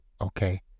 okay